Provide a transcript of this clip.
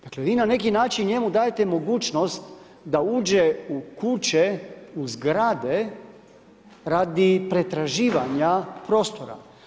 Dakle vi na neki način njemu dajete mogućnost da uđe u kuće, u grade radi pretraživanja prostora.